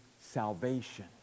salvation